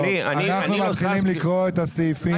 אנחנו מתחילים לקרוא את הסעיפים של סעיף הניידות.